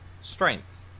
strength